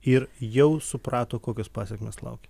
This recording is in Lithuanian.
ir jau suprato kokios pasekmės laukia